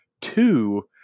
Two